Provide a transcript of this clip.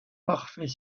parfait